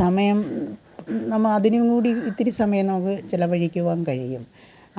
സമയം നമ്മൾ അതിനുംകൂടി ഇത്തിരി സമയം നമുക്ക് ചിലവഴിക്കുവാൻ കഴിയും